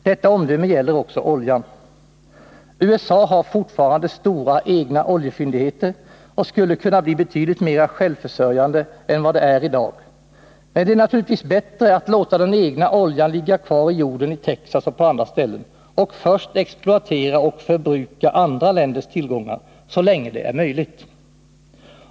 Detta omdöme gäller också oljan. USA har fortfarande stora egna oljefyndigheter och skulle kunna bli betydligt mera självförsörjande än vad det är i dag. Men det är naturligtvis bättre att låta den egna oljan ligga kvar i jorden i Texas och på andra ställen och först exploatera och förbruka andra länders tillgångar, så länge det är möjligt.